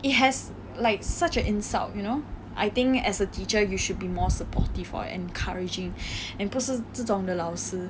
it has like such a insult you know I think as a teacher you should be more supportive or encouraging and 不是这种的老师